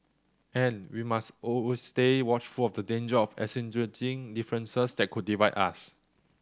and we must always stay watchful of the danger of accentuating differences that could divide us